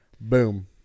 boom